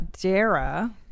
Dara